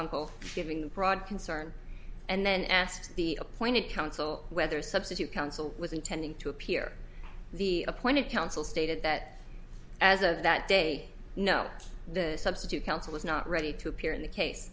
uncle giving the broad concern and then asked the appointed counsel whether substitute counsel was intending to appear the appointed counsel stated that as of that day no the substitute counsel was not ready to appear in the case